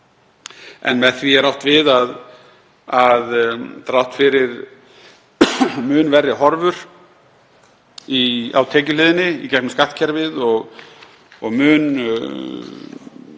kr. Með því er átt við að þrátt fyrir mun verri horfur á tekjuhliðinni í gegnum skattkerfið og mun meiri